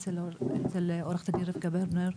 אצל עורכת הדין רבקה ברנר,